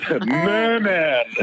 Merman